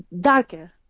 darker